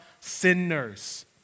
sinners